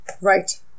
Right